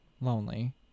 lonely